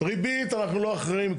ריבית אנחנו לא אחראים,